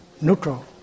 neutral